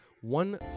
one